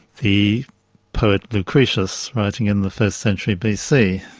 the poet lucretius writing in the first century bc,